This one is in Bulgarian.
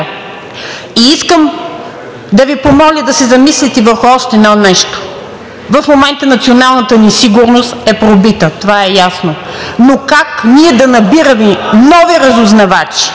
Искам да Ви помоля да се замислите върху още едно нещо. В момента националната ни сигурност е пробита, това е ясно. Но как ние да набираме нови разузнавачи,